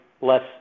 less